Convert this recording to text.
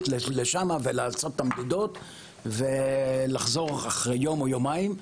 לשם ולעשות את המדידות ולחזור אחרי יום או יומיים,